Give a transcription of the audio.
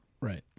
Right